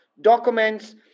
documents